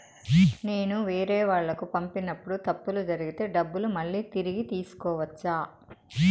నేను వేరేవాళ్లకు పంపినప్పుడు తప్పులు జరిగితే డబ్బులు మళ్ళీ తిరిగి తీసుకోవచ్చా?